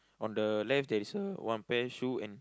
on the left there is a one pair shoe and